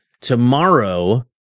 Tomorrow